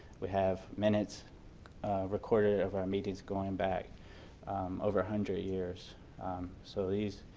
we have minutes recorded of our meetings going back over a hundred years so these,